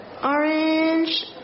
Orange